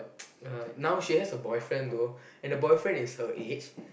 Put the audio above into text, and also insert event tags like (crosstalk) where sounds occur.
(noise) uh now she has a boyfriend though and the boyfriend is her age